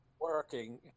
working